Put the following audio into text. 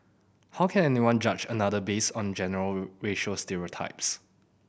how can anyone judge another based on general racial stereotypes